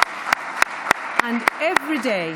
שנאה, וחינוך